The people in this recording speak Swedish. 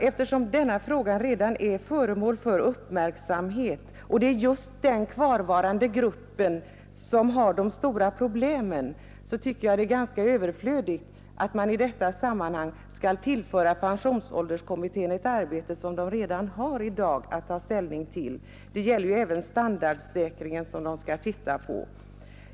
Eftersom denna fråga redan är föremål för uppmärksamhet och det är just den kvarvarande gruppen som har de stora problemen, tycker jag att det är ganska överflödigt att man i detta sammanhang skall tillföra pensionsålderskommittén ett arbete som den redan i dag har att ta ställning till. Detta gäller även standardsäkringen som den skall titta på.